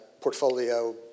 portfolio